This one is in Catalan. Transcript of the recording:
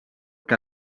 que